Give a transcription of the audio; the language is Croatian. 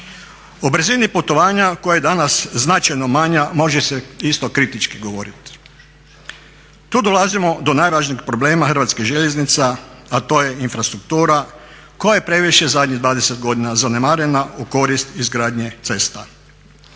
O brzini putovanja koja je danas značajno manja može se isto kritički govorit. Tu dolazimo do najvažnijeg problema Hrvatskih željeznica a to je infrastruktura koja je previše zadnjih 20. godina zanemarena u korist izgradnje cesta.